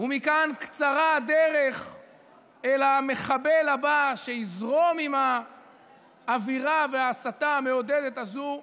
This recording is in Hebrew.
ומכאן קצרה הדרך אל המחבל הבא שיזרום עם האווירה ועם ההסתה המעודדת הזו,